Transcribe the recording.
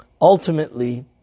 ultimately